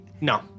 no